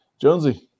jonesy